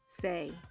say